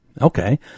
Okay